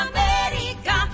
America